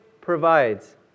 provides